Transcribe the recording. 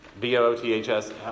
B-O-O-T-H-S